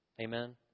Amen